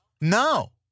No